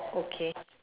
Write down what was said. oh okay